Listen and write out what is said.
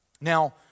Now